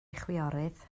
chwiorydd